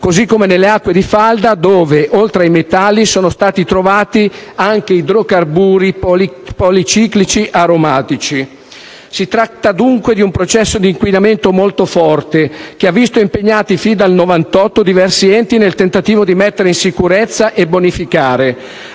così come nelle acque di falda, dove, oltre ai metalli, sono stati rinvenuti anche idrocarburi policiclici aromatici. Si tratta, dunque, di un processo di inquinamento molto forte, che ha visto impegnati fin dal 1998 diversi enti nel tentativo di mettere in sicurezza e bonificare